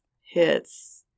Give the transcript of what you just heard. hits